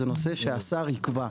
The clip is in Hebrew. זה נושא שהשר יקבע.